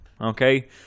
okay